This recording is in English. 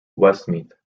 westmeath